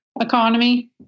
economy